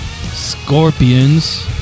Scorpions